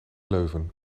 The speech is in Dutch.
leuven